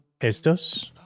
Estos